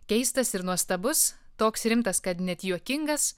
keistas ir nuostabus toks rimtas kad net juokingas